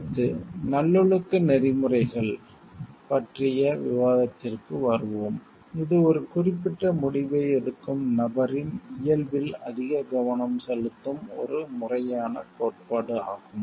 அடுத்து நல்லொழுக்க நெறிமுறைகள் ரைட்ஸ் எதிக்ஸ் பற்றிய விவாதத்திற்கு வருவோம் இது ஒரு குறிப்பிட்ட முடிவை எடுக்கும் நபரின் இயல்பில் அதிக கவனம் செலுத்தும் ஒரு முறையான கோட்பாடு ஆகும்